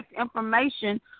information